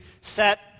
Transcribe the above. set